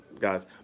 guys